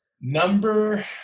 number